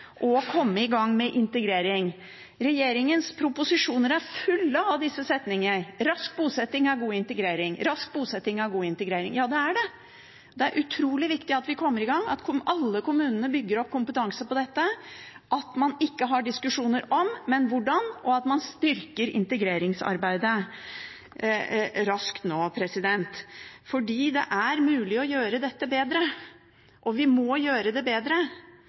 å bosette seg raskt og komme i gang med integrering. Regjeringens proposisjoner er fulle av disse setningene: Rask bosetting er god integrering. Rask bosetting er god integrering. Ja, det er det! Det er utrolig viktig at vi kommer i gang, at alle kommunene bygger opp kompetanse på dette, at man ikke har diskusjoner «om», men «hvordan», og at man styrker integreringsarbeidet raskt nå, for det er mulig å gjøre dette bedre, og vi må gjøre det bedre.